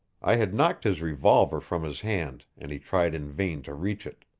i had knocked his revolver from his hand, and he tried in vain to reach it.